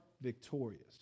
victorious